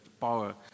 power